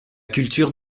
culture